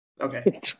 Okay